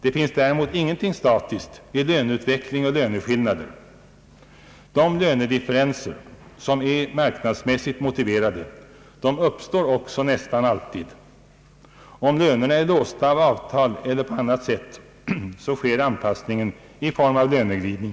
Det finns däremot ingenting statiskt i löneutveckling och löneskillnader. De lönedifferenser, som är marknadsmässigt motiverade, uppstår också nästan alltid. Om lönerna är låsta med avtal eller på annat sätt så sker anpassningen i form av löneglidning.